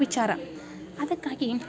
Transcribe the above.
ವಿಚಾರ ಅದಕ್ಕಾಗಿ